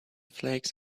flakes